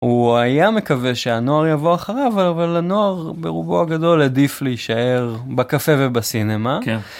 הוא היה מקווה שהנוער יבוא אחריו, אבל לנוער ברובו הגדול, עדיף להישאר בקפה ובסינמה.